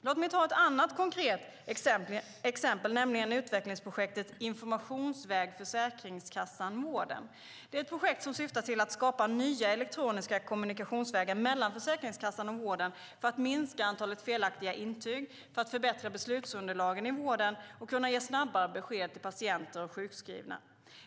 Låt mig ta ett annat konkret exempel, nämligen utvecklingsprojektet Informationsväg Försäkringskassan-vården. Det är ett projekt som syftar till att skapa nya elektroniska kommunikationsvägar mellan Försäkringskassan och vården för att minska antalet felaktiga intyg, för att förbättra beslutsunderlagen i vården och för att kunna ge snabbare besked till patienter och sjukskrivna.